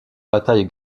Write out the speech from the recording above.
bataille